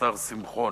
השר שמחון,